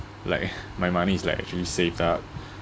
like my money is like actually saved up